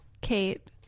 kate